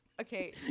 Okay